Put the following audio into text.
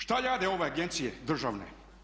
Šta rade ove agencije državne?